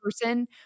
person